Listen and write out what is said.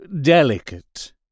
delicate